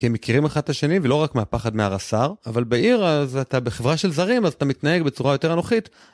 כי הם מכירים אחד את השני, ולא רק מהפחד מהרסר, אבל בעיר, אז אתה בחברה של זרים, אז אתה מתנהג בצורה יותר אנוכית.